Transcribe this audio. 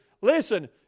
listen